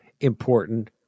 important